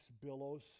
billows